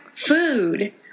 Food